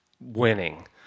winning